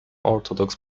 orthodox